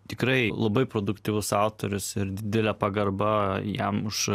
tikrai labai produktyvus autorius ir didelė pagarba jam už